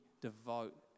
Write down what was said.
devote